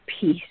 peace